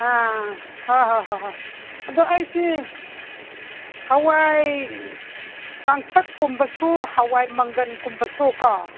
ꯑꯥ ꯍꯣꯏ ꯍꯣꯏ ꯍꯣꯏ ꯍꯣꯏ ꯑꯗꯣ ꯑꯩꯁꯤ ꯍꯋꯥꯏ ꯀꯪꯇꯛ ꯀꯨꯝꯕꯁꯨ ꯍꯥꯋꯥꯏ ꯃꯪꯒꯟꯒꯨꯝꯕꯁꯨꯀꯣ